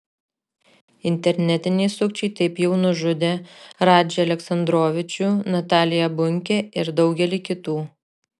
internetiniai sukčiai taip jau nužudė radžį aleksandrovičių nataliją bunkę ir daugelį kitų